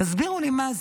תסבירו לי מה זה.